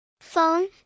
Phone